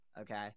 okay